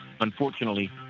Unfortunately